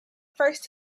first